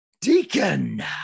Deacon